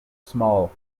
small